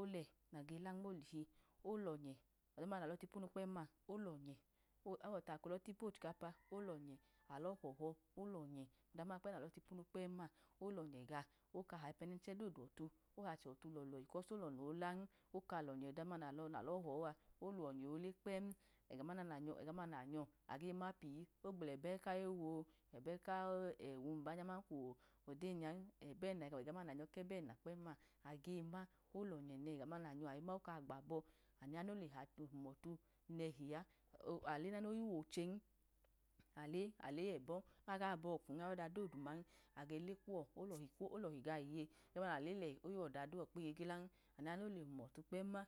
olẹ nage la nmolihi, olọnyẹ ọda duma nale la tipunu kpẹm olọnyẹ, ohuwọtu ako lọ tipu kochikpa olọnyẹ, alọ họhọ olọnyẹ ọda duma kpem nalọ tipunu kpẹm ma olọ nyẹ gaọ oka hayipẹnchẹ dodu ọtu, ohachẹ otu lọlọhi higbo ko lọnọ olan, oka lonyẹ, oda duma nalọ họa olọnyẹ ole kpẹm ẹga duma nayọ ega duma nanyọ age ma pi oglẹbẹ ka ewo ẹbeka ẹwu aman kebe ka odeyi nya nya, ẹga duma na nyo kẹbẹ ẹno kpẹm age ma olọnyẹ nehi ẹga duma nanyọ age ma, oka gbabọ anu ya nole hachẹ humotu nẹhi a ale nana ogowọ olen, ale ale ẹbọ aga bo̱kwun, ayeda doduma agele kuwọ, olọhi gaọ iye ege duma nle lẹ oyọda duma okpiye galan enu ya nole humọtu kpẹm ma.